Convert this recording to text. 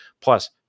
plus